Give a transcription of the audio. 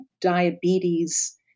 diabetes